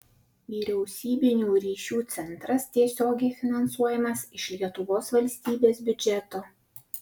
vyriausybinių ryšių centras tiesiogiai finansuojamas iš lietuvos valstybės biudžeto